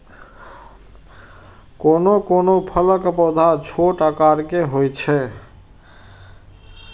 कोनो कोनो फलक पौधा छोट आकार के होइ छै